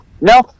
no